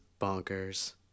bonkers